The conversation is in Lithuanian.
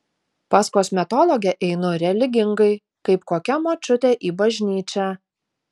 pas kosmetologę einu religingai kaip kokia močiutė į bažnyčią